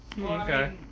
Okay